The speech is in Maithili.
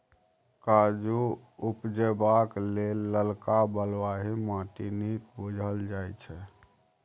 काजु उपजेबाक लेल ललका बलुआही माटि नीक बुझल जाइ छै